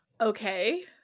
Okay